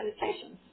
Meditations